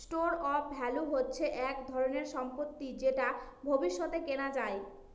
store of value হচ্ছে এক ধরনের সম্পত্তি যেটা ভবিষ্যতে কেনা যায়